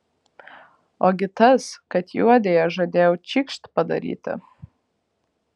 ogi tas kad juodei aš žadėjau čikšt padaryti